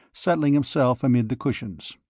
settling himself amid the cushions.